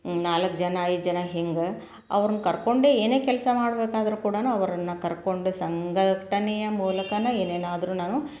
ನಾಲ್ಕು ಜನ ಐದು ಜನ ಹಿಂಗೆ ಅವ್ರನ್ನ ಕರ್ಕೊಂಡೇ ಏನೇ ಕೆಲಸ ಮಾಡ್ಬೇಕಾದ್ರೆ ಕೂಡ ಅವರನ್ನ ಕರ್ಕೊಂಡು ಸಂಘಟನೆಯ ಮೂಲಕವೇ ಏನೇನಾದರು ನಾನು